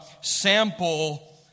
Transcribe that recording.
sample